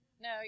No